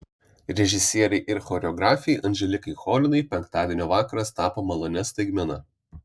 režisierei ir choreografei anželikai cholinai penktadienio vakaras tapo malonia staigmena